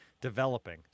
developing